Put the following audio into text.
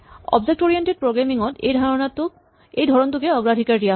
object oriented programming ত এই ধৰণটোকে অগ্ৰাধিকাৰ দিয়া হয়